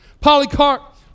Polycarp